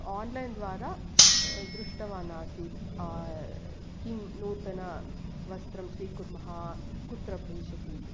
आन्लैन्द्वारा दृष्टवानासीत् किं नूतनवस्त्रं स्वीकुर्मः कुत्र भविष्यति इति